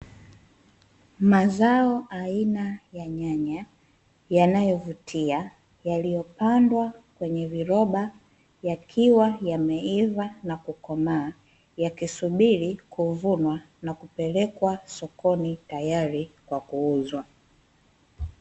Mazao aina ya nyanya yanayovutia yaliyopandwa kwenye viroba yakiwa yameiva na kukomaa yakisubiri kuvunwa na kupelekwa sokoni tayari kwa kuuzwa.